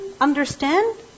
understand